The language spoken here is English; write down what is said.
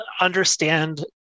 understand